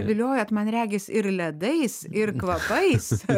viliojat man regis ir ledais ir kvapais